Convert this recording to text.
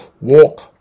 walk